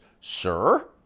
Sir